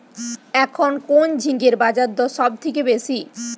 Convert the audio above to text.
এখন কোন ঝিঙ্গের বাজারদর সবথেকে বেশি?